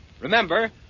Remember